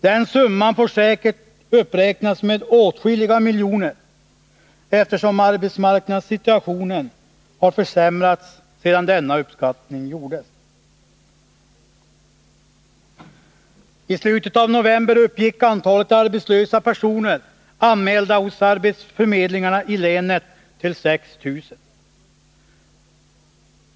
Den summan får säkert uppräknas med åtskilliga miljoner, eftersom arbetsmarknadssituationen har försämrats sedan denna uppskattning gjordes. I slutet av november uppgick antalet arbetslösa personer, anmälda hos arbetsförmedlingarna i länet, till 6 000.